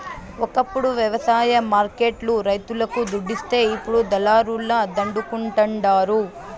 ఒకప్పుడు వ్యవసాయ మార్కెట్ లు రైతులకు దుడ్డిస్తే ఇప్పుడు దళారుల దండుకుంటండారు